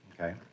okay